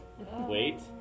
Wait